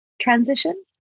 transition